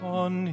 on